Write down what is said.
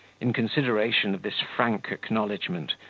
in consideration of this frank acknowledgment,